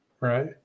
Right